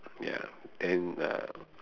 ya then uh